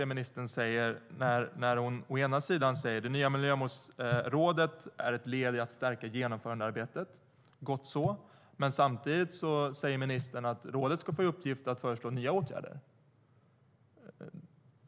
Å ena sidan säger hon att det nya Miljömålsrådet är ett led i att stärka genomförandearbetet. Gott så, men å andra sidan säger ministern att rådet ska få i uppgift att föreslå nya åtgärder.